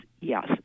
Yes